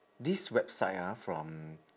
this website ah from